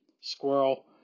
squirrel